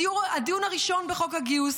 הדיון הראשון בחוק הגיוס,